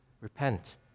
Repent